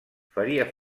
faria